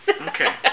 Okay